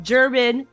German